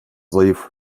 zayıf